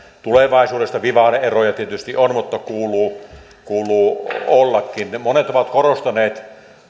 tulevaisuudesta vivahde eroja tietysti on mutta kuuluu ollakin monet ovat korostaneet